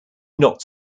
not